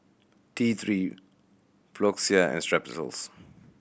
T Three Floxia and Strepsils